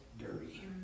dirty